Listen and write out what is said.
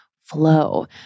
flow